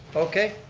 okay.